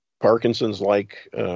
Parkinson's-like